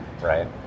right